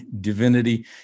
Divinity